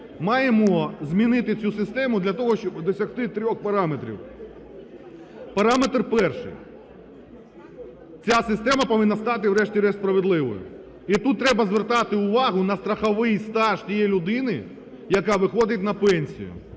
маємо змінити цю систему для того, щоб досягти трьох параметрів. Параметр перший. Ця система повинна стати врешті-решт справедливою. І тут треба звертати увагу на страховий стаж тієї людини, яка виходить на пенсію.